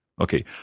Okay